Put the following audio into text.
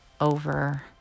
over